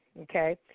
okay